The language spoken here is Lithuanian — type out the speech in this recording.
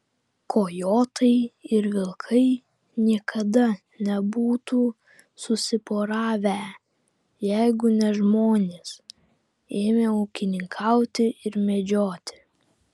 kojotai ir vilkai niekada nebūtų susiporavę jeigu ne žmonės ėmę ūkininkauti ir medžioti